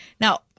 Now